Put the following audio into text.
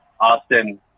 Austin